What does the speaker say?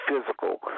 physical